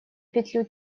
петлю